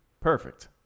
Perfect